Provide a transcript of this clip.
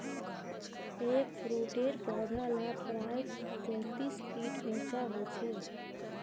एगफ्रूटेर पौधा ला प्रायः तेतीस फीट उंचा होचे